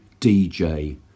DJ